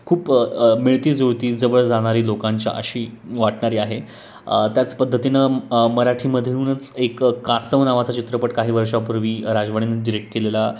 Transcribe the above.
खूप मिळती जुळती जवळ जाणारी लोकांच्या अशी वाटणारी आहे त्याच पद्धतीनं मराठीमधूनच एक कासव नावाचा चित्रपट काही वर्षापूर्वी राजवाडेंनी डिरेक्ट केलेला